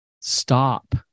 stop